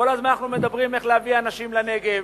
כל הזמן אנחנו מדברים איך להביא אנשים לנגב,